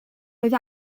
oedd